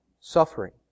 suffering